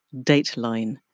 dateline